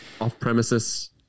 Off-premises